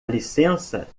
licença